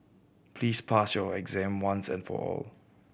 please pass your exam once and for all